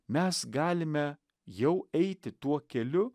mes galime jau eiti tuo keliu